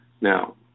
Now